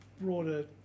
broader